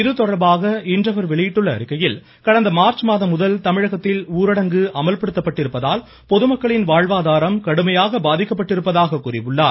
இதுதொடர்பாக இன்று அவர் வெளியிட்டுள்ள அறிக்கையில் கடந்த மாதம்முதல் தமிழகத்தில் ஊரடங்கு அமல்படுத்தப்பட்டிருப்பதால் பொதுமக்களின் வாழ்வதாரம் கடுமையாக பாதிக்கப்பட்டிருப்பதாக கூறியுள்ளார்